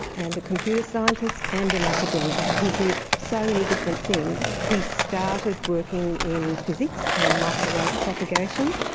and a computer scientist and an academic. he did so many different things. he started working in physics and microwave propagation.